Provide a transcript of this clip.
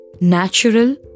natural